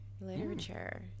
literature